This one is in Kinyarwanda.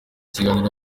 kiganiro